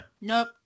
nope